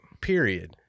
Period